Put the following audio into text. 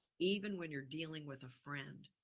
even when you're dealing with a friend,